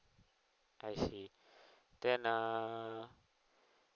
I see then err